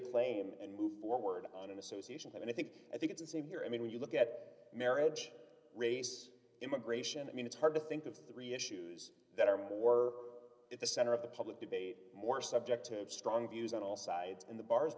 a claim and move forward on an association and i think i think it's a savior i mean when you look at marriage race immigration i mean it's hard to think of three issues that are more at the center of the public debate more subjective strong views on all sides and the bars